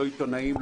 לא עיתונאים,